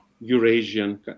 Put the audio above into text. Eurasian